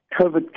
COVID